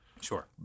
Sure